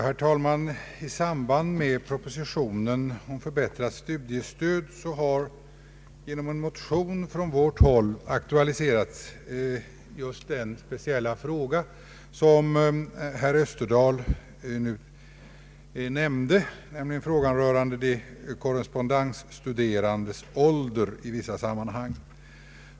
Herr talman! I samband med propositionen om förbättrat studiestöd har i en motion från vårt håll aktualiserats just den speciella fråga som herr Österdahl nyss nämnde, alltså frågan om de korrespondensstuderandes ålder i vissa sammanhang.